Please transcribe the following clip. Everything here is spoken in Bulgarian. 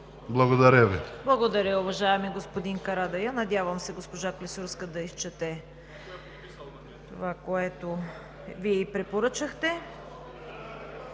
КАРАЯНЧЕВА: Благодаря, уважаеми господин Карадайъ. Надявам се госпожа Клисурска да изчете това, което Вие ѝ препоръчахте.